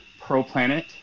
pro-planet